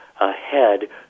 ahead